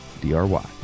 D-R-Y